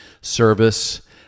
service